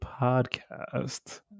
podcast